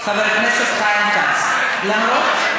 חבר הכנסת חיים כץ, למרות,